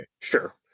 Sure